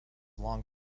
long